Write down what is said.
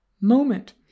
moment